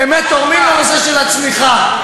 באמת תורמים לנושא של הצמיחה.